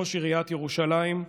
ראש עיריית ירושלים,